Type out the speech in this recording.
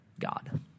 God